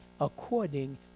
according